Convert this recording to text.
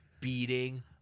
beating